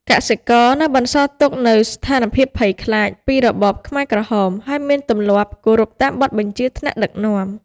កសិករនៅបន្សល់ទុកនូវស្ថានភាពភ័យខ្លាចពីរបបខ្មែរក្រហម ហើយមានទម្លាប់គោរពតាមបទបញ្ជាថ្នាក់ដឹកនាំ។។